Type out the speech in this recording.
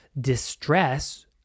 distress